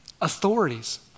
authorities